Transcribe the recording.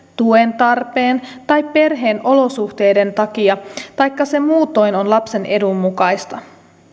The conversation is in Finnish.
tuen tarpeen tai perheen olosuhteiden takia taikka se muutoin on lapsen edun mukaista